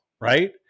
right